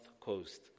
Coast